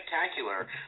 spectacular